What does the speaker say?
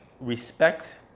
respect